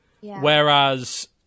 Whereas